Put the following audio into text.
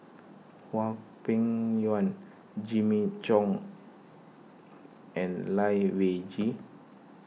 Hwang Peng Yuan Jimmy Chok and Lai Weijie